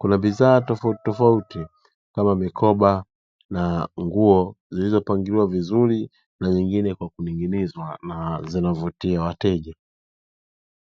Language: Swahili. Kuna bidhaa tofauti tofauti kama mikoba na nguo zilizopangiliwa vizuri na zingine kwa kuning'inizwa na zinavutia wateja.